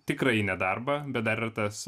tikrąjį nedarbą bet dar yra tas